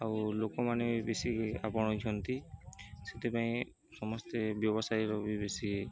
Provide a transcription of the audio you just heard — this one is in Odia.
ଆଉ ଲୋକମାନେ ବି ବେଶୀ ଆପଣେଇଛନ୍ତି ସେଥିପାଇଁ ସମସ୍ତେ ବ୍ୟବସାୟର ବି ବେଶୀ